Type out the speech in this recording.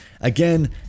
again